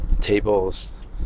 Tables